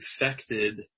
infected